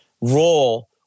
role